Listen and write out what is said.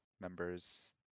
members